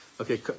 okay